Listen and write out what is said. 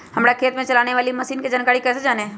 हमारे खेत में चलाने वाली मशीन की जानकारी कैसे जाने?